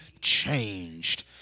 changed